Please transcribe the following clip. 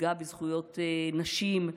תפגע בזכויות נשים.